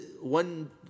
one